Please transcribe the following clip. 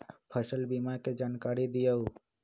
फसल बीमा के जानकारी दिअऊ?